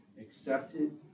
accepted